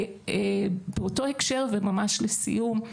באותו הקשר, וממש לסיום,